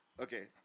okay